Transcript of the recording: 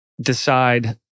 decide